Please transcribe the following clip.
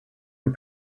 and